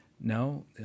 No